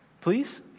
please